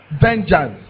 vengeance